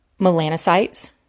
melanocytes